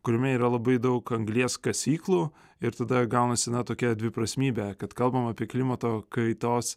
kuriame yra labai daug anglies kasyklų ir tada gaunasi na tokia dviprasmybė kad kalbam apie klimato kaitos